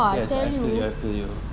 I tell you